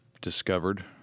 discovered